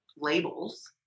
labels